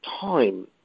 time